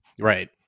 Right